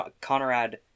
Conrad